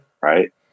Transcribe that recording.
right